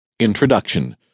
Introduction